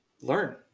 learn